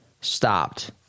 stopped